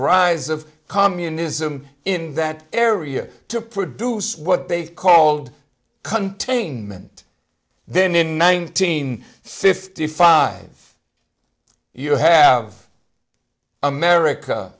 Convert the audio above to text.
rise of communism in that area to produce what they called containment then in nineteen fifty five you have america